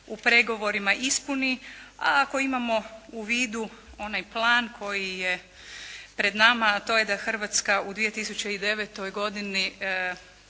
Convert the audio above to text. u pregovorima ispuni a ako imamo u vidu onaj plan koji je pred nama a to je da Hrvatska u 2009. godini